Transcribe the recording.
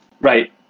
Right